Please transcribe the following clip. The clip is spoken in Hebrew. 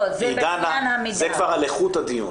זה כבר על איכות הדיון.